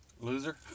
loser